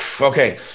Okay